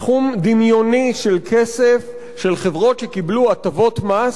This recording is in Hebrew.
סכום דמיוני של כסף של חברות שקיבלו הטבות מס